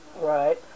Right